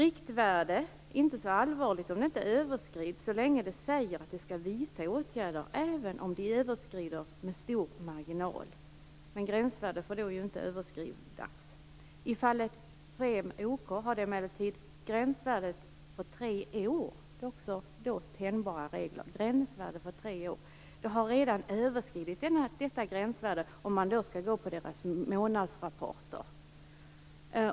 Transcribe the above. Det är alltså inte så allvarligt om man överskrider ett riktvärde så länge man säger att man skall vidta åtgärder, även om man överskrider med stor marginal. Ett gränsvärde får däremot inte överskridas. I fallet med Preem-OK gällde gränsvärdet för tre år - reglerna är alltså tänjbara. Det gränsvärdet har redan överskridits, om man skall gå efter deras månadsrapporter.